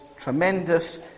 tremendous